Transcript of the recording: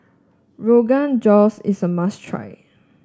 Rogan Josh is a must try